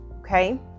Okay